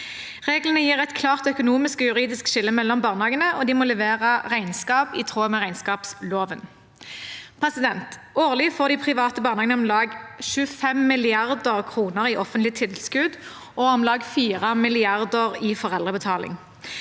Reglene gir et klart økonomisk og juridisk skille mellom barnehagene, og de må levere regnskap i tråd med regnskapsloven. Årlig får de private barnehagene om lag 25 mrd. kr i offentlige tilskudd og om lag 4 mrd. kr i foreldrebetaling.